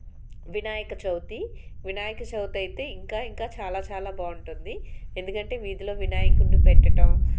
వినాయక చవితి వినాయక చవిటి అయితే ఇంకా ఇంకా చాలా చాలా బాగుంటుంది ఎందుకంటే వీధిలో వినాయకుని పెట్టడం